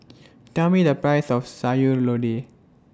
Tell Me The Price of Sayur Lodeh